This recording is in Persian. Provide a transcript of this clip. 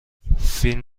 فیلم